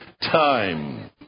time